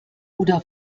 oder